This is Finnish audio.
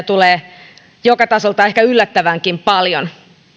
tulee joka tasolta ehkä yllättävänkin paljon